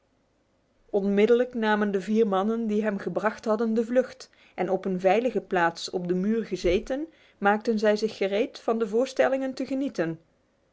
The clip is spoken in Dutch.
onmiddellijk namen de vier mannen die hem gebracht hadden de vlucht en op een veilige plaats op de muur gezeten maakten zij zich gereed van de voorstelling te genieten